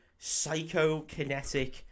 psychokinetic